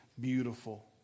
beautiful